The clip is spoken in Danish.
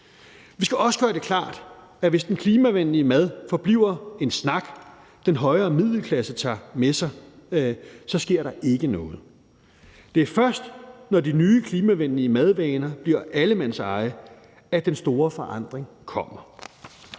Vi skal også gøre det klart, at hvis den klimavenlige mad forbliver en snak, den højere middelklasse tager med sig, så sker der ikke noget. Det er først, når de nye klimavenlige madvaner bliver allemandseje, at den store forandring kommer.